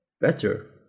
better